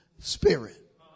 spirit